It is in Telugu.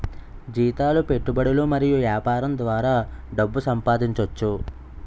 జీతాలు పెట్టుబడులు మరియు యాపారం ద్వారా డబ్బు సంపాదించోచ్చు